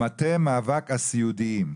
מטה מאבק הסיעודיים,